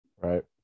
Right